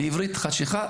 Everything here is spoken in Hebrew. בעברית חשיכה,